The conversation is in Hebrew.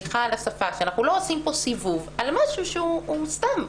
סליחה על השפה על משהו שהוא סתם.